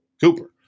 Cooper